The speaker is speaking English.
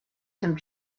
some